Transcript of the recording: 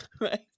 Right